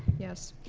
yes.